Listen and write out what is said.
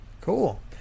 Cool